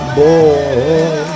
boy